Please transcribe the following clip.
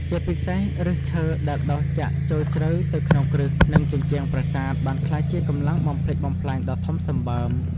ជាពិសេស ឬសឈើដែលដុះចាក់ចូលជ្រៅទៅក្នុងគ្រឹះ និងជញ្ជាំងប្រាសាទ បានក្លាយជាកម្លាំងបំផ្លិចបំផ្លាញដ៏ធំសម្បើម។